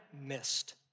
missed